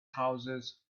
houses